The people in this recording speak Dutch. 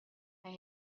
hij